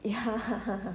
ya